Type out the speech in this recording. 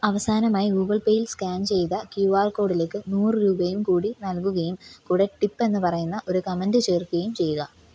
അവസാനമായി ഗൂഗിൾ പേയിൽ സ്കാൻ ചെയ്ത ക്യു ആർ കോഡിലേക്ക് നൂറ് രൂപയും കൂടി നൽകുകയും കൂടെ ടിപ്പ് എന്ന് പറയുന്ന ഒരു കമൻ്റ് ചേർക്കുകയും ചെയ്യുക